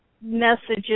messages